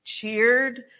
cheered